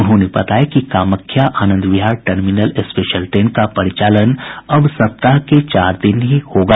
उन्होंने बताया कि Kamakhya Anand Vihar terminal special train का परिचालन अब सप्ताह के चार दिन ही होगा